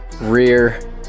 rear